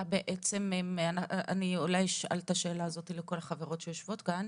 אני אשאל את השאלה לכל החברות שיושבות כאן,